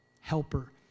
helper